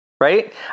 right